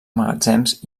magatzems